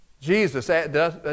Jesus